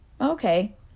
okay